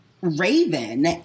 Raven